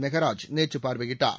மெகராஜ் நேற்று பார்வையிட்டார்